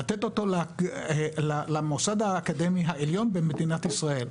לתת אותו למוסד האקדמי העליון במדינת ישראל,